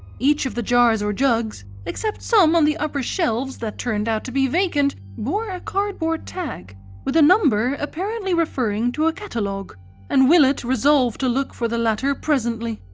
each of the jars or jugs, except some on the upper shelves that turned out to be vacant, bore a cardboard tag with a number apparently referring to a catalogue and willett resolved to look for the latter presently.